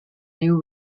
new